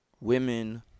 women